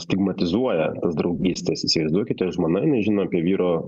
stigmatizuoja draugystes įsivaizduokite žmona jinai žino apie vyro